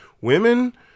Women